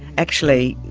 actually,